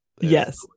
yes